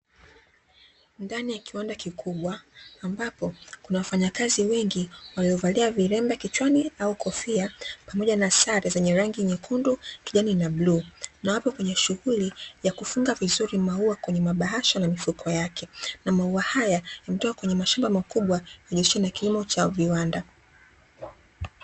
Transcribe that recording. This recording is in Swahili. Ndani ya kiwanda kikubwa ambapo kuna wafanyakazi wengi waliovalia vilemba kichwani au kofia pamoja na saka zenye rangi nyekundu, kijani na bluu na wapo kwenye shughuli ya kufunga vizuri maua kwenye mabahasha na mifuko yake, na maua haya yametoka kwenye mashamba makubwa yanayojishughulisha na kilimo cha viwanda.